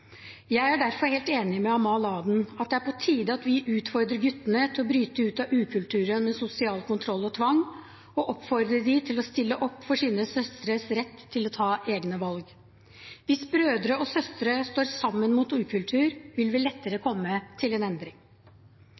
Jeg er derfor helt enig med Amal Aden i at det er på tide at vi utfordrer guttene til å bryte ut av ukulturen med sosial kontroll og tvang, og oppfordre dem til å stille opp for sine søstres rett til å ta egne valg. Hvis brødre og søstre står sammen mot ukultur, vil vi lettere komme til en endring.